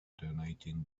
donating